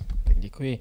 Děkuji.